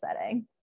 setting